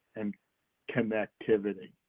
and connectivity.